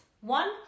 One